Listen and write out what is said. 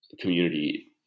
community